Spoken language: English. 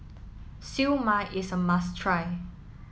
Siew Mai is a must try